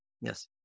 Yes